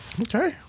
Okay